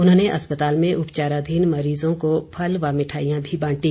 उन्होंने अस्पताल में उपचाराधीन मरीज़ों को फल व मिठाईयां भी बांटी